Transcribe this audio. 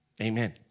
Amen